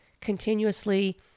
continuously